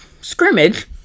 scrimmage